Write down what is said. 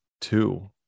two